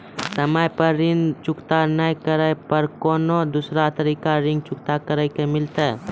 समय पर ऋण चुकता नै करे पर कोनो दूसरा तरीका ऋण चुकता करे के मिलतै?